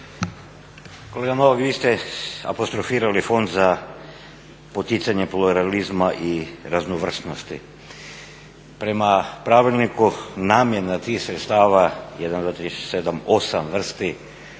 Kolega Novak vi ste apostrofirali Fond za poticanje pluralizma i raznovrsnosti, prema pravilniku namjena tih sredstava jedan od